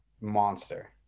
monster